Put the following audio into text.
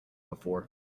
before